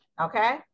okay